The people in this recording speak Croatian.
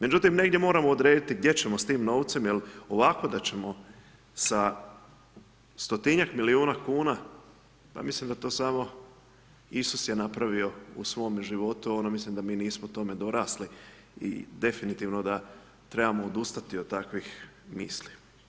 Međutim, negdje moramo odrediti, gdje ćemo s tim novcem, jer ovako da ćemo sa 100 milijuna kn, ja mislim da to samo Isus je napravio u svome životu, ja mislim da mi nismo tome dorasli i definitivno da trebamo odustati od takvih misli.